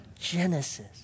Genesis